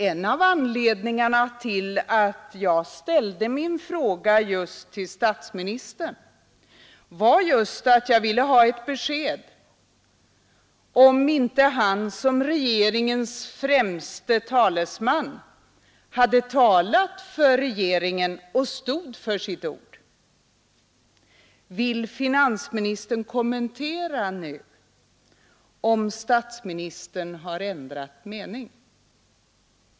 En av anledningarna till att jag ställde min fråga till statsministern var just att jag ville ha ett besked, om inte han som regeringens främste talesman hade talat för regeringen och stod för sitt ord. Vill finansministern nu kommentera, om statsministern har ändrat mening?